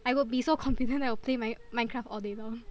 I would be so confident I would play Min~ Minecraft all day long